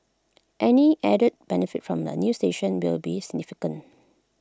any added benefit from A new station will be significant